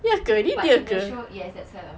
but in the show yes that's her